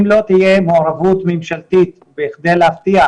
אם לא תהיה מעורבות ממשלתית בכדי להבטיח